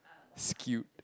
skewed